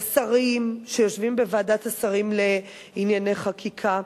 השרים, שיושבים בוועדת השרים לענייני חקיקה,